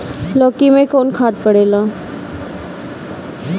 लौकी में कौन खाद पड़ेला?